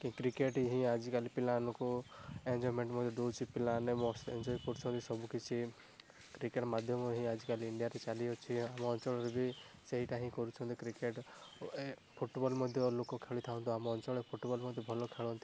କି କ୍ରିକେଟ ହିଁ ଆଜିକାଲି ପିଲାମାନଙ୍କୁ ଏଞ୍ଜୟମେଣ୍ଟ ମଧ୍ୟ ଦଉଛି ପିଲାମାନେ ମସ୍ତ ଏଞ୍ଜୟ କରୁଛନ୍ତି ସବୁ କିଛି କ୍ରିକେଟ ମାଧ୍ୟମ ହିଁ ଆଜିକାଲି ଇଣ୍ଡିଆରେ ଚାଲିଅଛି ଆମ ଅଞ୍ଚଳରେ ବି ସେଇଟା ହିଁ କରୁଛନ୍ତି କ୍ରିକେଟ ଏ ଫୁଟବଲ ମଧ୍ୟ ଲୋକ ଖେଳୁଥାନ୍ତୁ ଆମ ଅଞ୍ଚଳ ଫୁଟବଲ ମଧ୍ୟ ଭଲ ଖେଳନ୍ତି